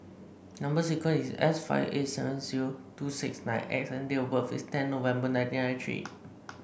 number sequence is S five eight seven zero two six nine X and date of birth is ten November nineteen ninety three